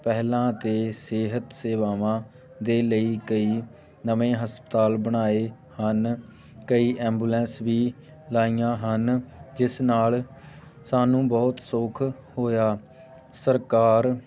ਪਹਿਲਾਂ ਤਾਂ ਸਿਹਤ ਸੇਵਾਵਾਂ ਦੇ ਲਈ ਕਈ ਨਵੇਂ ਹਸਪਤਾਲ ਬਣਾਏ ਹਨ ਕਈ ਐਂਬੂਲੈਂਸ ਵੀ ਲਗਾਈਆਂ ਹਨ ਜਿਸ ਨਾਲ ਸਾਨੂੰ ਬਹੁਤ ਸੁੱਖ ਹੋਇਆ ਸਰਕਾਰ